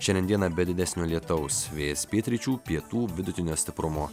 šiandien dieną be didesnio lietaus vėjas pietryčių pietų vidutinio stiprumo